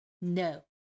no